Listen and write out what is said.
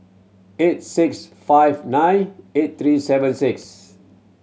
eight six five nine eight three seven six